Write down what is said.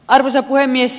arvoisa puhemies